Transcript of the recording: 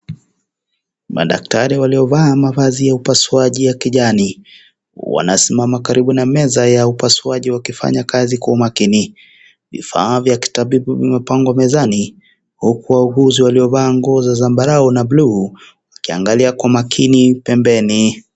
Madakitari walio vaa mavazi ya upasuaji ya kijani ,wanasimama karibu na meza ya upasuaji wakifanya kazi kwa umakini, vifaa vya kutibu vilivyopangwa mezani huku wauguzi waliovaa za zambarau na bluu wakiangalia kwa umaakini pembeni.